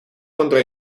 contra